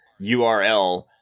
URL